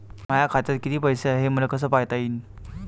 माया खात्यात कितीक पैसे हाय, हे मले कस पायता येईन?